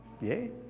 Yay